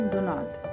Donald